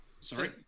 sorry